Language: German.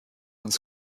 uns